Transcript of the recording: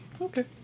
Okay